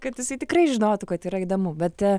kad jisai tikrai žinotų kad yra įdomu bet